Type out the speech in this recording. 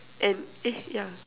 and eh ya